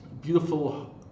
Beautiful